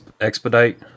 expedite